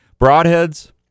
broadheads